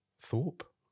Thorpe